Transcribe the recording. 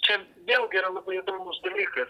čia vėlgi yra labai įdomus dalykas